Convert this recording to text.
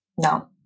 no